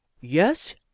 Yes